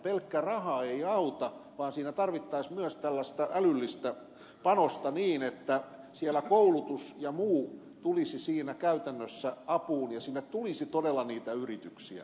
pelkkä raha ei auta vaan tarvittaisiin myös tällaista älyllistä panosta niin että siellä koulutus ja muu tulisi siinä käytännössä apuun ja sinne tulisi todella niitä yrityksiä